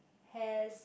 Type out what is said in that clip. has